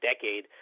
decade